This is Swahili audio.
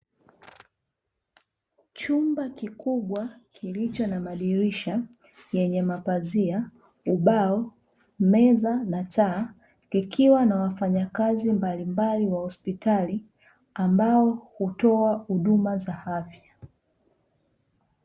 Chumba kikubwa kilicho na madirisha yenye mapazia, ubao, meza, na taa, kikiwa na wafanyakazi mbalimbali wa hospitali ambao hutoa huduma za afya.